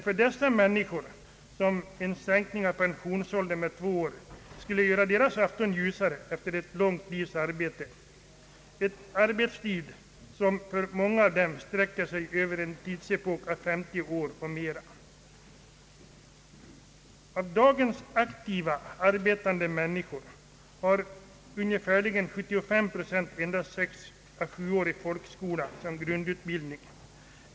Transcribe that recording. För dessa människor skulle en sänkning av pensionsåldern med två år göra deras afton ljusare efter ett långt livs arbete, ett arbetsliv som för många av dem sträcker sig över en tidsepok av 50 år och mer. Av dagens aktiva arbetande människor har ungefärligen 75 procent endast sex å sju års folkskola som grundutbildning.